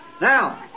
Now